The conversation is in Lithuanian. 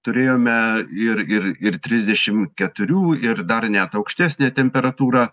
turėjome ir ir ir trisdešim keturių ir dar net aukštesnę temperatūrą